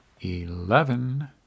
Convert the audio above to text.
Eleven